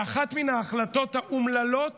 באחת מן ההחלטות האומללות